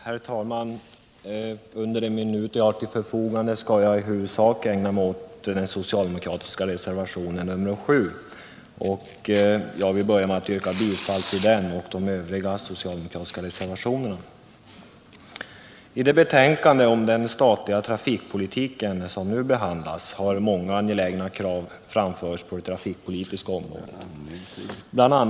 Herr talman! Under de minuter jag har till mitt förfogande skall jag i huvudsak ägna mig åt den socialdemokratiska reservationen 7, och jag vill börja med att yrka bifall till den och till de övriga socialdemokratiska reservationerna. I det betänkande om den statliga trafikpolitiken som nu behandlas har många angelägna krav på det trafikpolitiska området framförts. Bl.